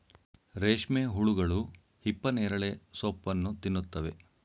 ರೇಷ್ಮೆ ಹುಳುಗಳು ಹಿಪ್ಪನೇರಳೆ ಸೋಪ್ಪನ್ನು ತಿನ್ನುತ್ತವೆ